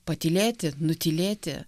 patylėti nutylėti